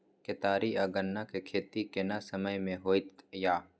केतारी आ गन्ना के खेती केना समय में होयत या?